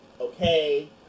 Okay